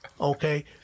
Okay